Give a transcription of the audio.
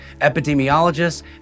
epidemiologists